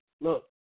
look